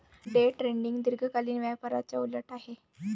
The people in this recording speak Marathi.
डे ट्रेडिंग दीर्घकालीन व्यापाराच्या उलट आहे